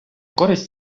користь